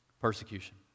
persecution